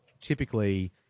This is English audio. typically